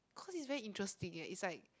cause is very interesting eh is like